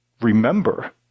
remember